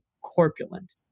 corpulent